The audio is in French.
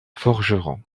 forgeron